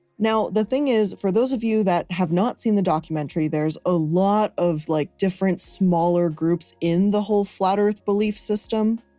now, the thing is for those of you that have not seen the documentary, there's a lot of like different smaller groups in the whole flat earth belief system.